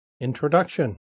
Introduction